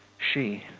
she.